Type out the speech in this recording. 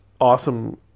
awesome